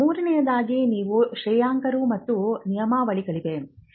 ಮೂರನೆಯದಾಗಿ ನೀವು ನಿಯಂತ್ರಕರು ಮತ್ತು ನಿಯಮಾವಳಿಗಳಿವೆ